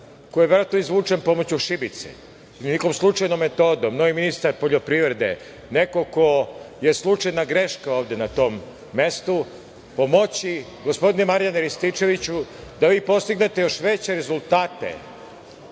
koji je verovatno izvučen pomoću šibice ili nekom slučajnom metodom, novi ministar poljoprivrede, neko ko je slučajna greška ovde na tom mestu, pomoći, gospodine Marijane Rističeviću, da vi postignete još veće rezultate